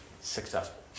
successful